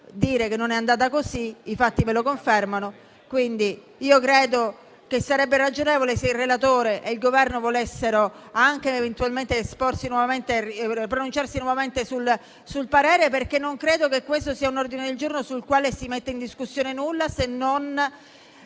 dire che non è andata così; i fatti lo confermano. Credo che sarebbe ragionevole se il relatore e il Governo volessero pronunciarsi nuovamente sul parere, perché credo che questo sia un ordine del giorno con il quale non si mette in discussione nulla, se non